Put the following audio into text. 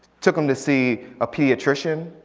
took him to see a pediatrician.